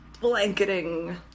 blanketing